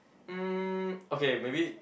mm okay maybe